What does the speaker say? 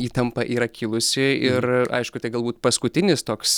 įtampa yra kilusi ir aišku tai galbūt paskutinis toks